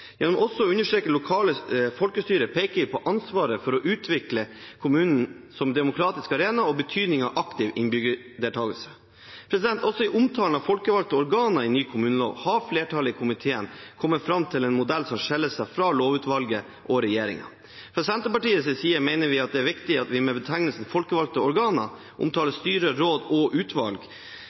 Gjennom også å understreke det lokale folkestyret peker vi på ansvaret for å utvikle kommunen som demokratisk arena og betydningen av aktiv innbyggerdeltakelse. Også i omtalen av folkevalgte organer i ny kommunelov har flertallet i komiteen kommet fram til en modell som skiller seg fra lovutvalget og regjeringen. Fra Senterpartiets side mener vi det er viktig at vi med betegnelsen «folkevalgte organer» omtaler styrer, råd og utvalg